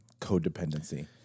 codependency